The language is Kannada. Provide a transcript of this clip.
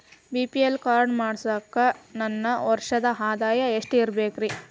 ಬಿ.ಪಿ.ಎಲ್ ಕಾರ್ಡ್ ಮಾಡ್ಸಾಕ ನನ್ನ ವರ್ಷದ್ ಆದಾಯ ಎಷ್ಟ ಇರಬೇಕ್ರಿ?